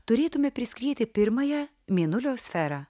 turėtume priskrieti pirmąją mėnulio sferą